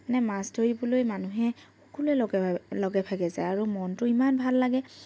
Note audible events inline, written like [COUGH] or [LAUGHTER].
[UNINTELLIGIBLE] মাছ ধৰিবলৈ মানুহে সকলোৱে লগে [UNINTELLIGIBLE] লগে ভাগে যায় আৰু মনটো ইমান ভাল লাগে